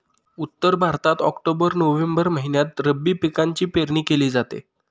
उत्तर भारतात October November दरम्यान रब्बी पिकांची पेरणी केली जाते